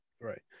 right